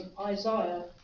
Isaiah